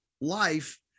life